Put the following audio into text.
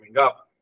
up